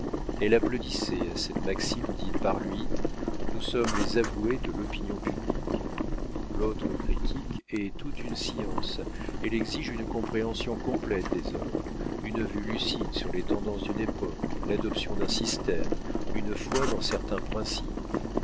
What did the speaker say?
elle applaudissait à cette maxime dite par lui nous sommes les avoués de l'opinion publique l'autre critique est toute une science elle exige une compréhension complète des œuvres une vue lucide sur les tendances d'une époque l'adoption d'un système une foi dans certains principes